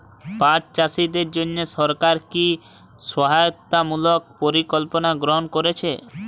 পাট চাষীদের জন্য সরকার কি কি সহায়তামূলক পরিকল্পনা গ্রহণ করেছে?